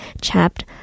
chapped